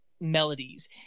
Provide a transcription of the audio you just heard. melodies